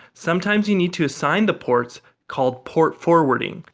sometimes you need to assign the ports called port forwarding.